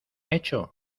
hecho